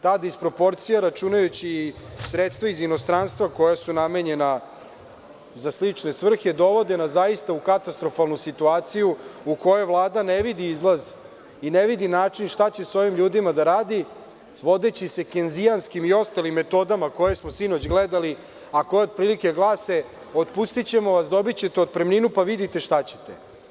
Ta disproporcija, računajući i sredstva iz inostranstva koja su namenjena za slične svrhe, dovode nas zaista u katastrofalnu situaciju u kojoj Vlada ne vidi izlaz i ne vidi način šta će sa ovim ljudima da radi, vodeći se kenzijanskim i ostalim metodama koje smo sinoć gledali, a koje otprilike glase – otpustićemo vas, dobićete otpremninu, pa vidite šta ćete.